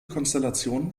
konstellation